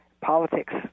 Politics